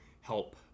help